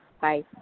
Bye